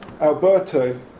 Alberto